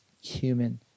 human